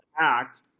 act